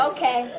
Okay